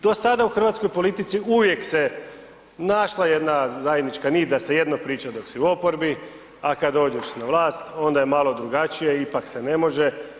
Do sada u hrvatskoj politici uvijek se našla jedna zajednička nit da se jedno priča dok si u oporbi a kada dođeš na vlast onda je malo drugačije, ipak se ne može.